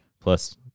plus